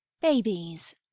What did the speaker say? Babies